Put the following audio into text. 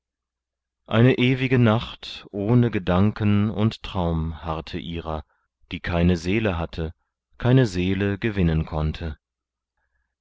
eine ewige nacht ohne gedanken und traum harrte ihrer die keine seele hatte keine seele gewinnen konnte